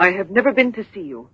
i had never been to see you